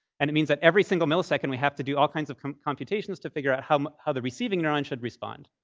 and it means that every single millisecond we have to do all kinds of computations to figure out how how the receiving neuron should respond.